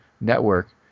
network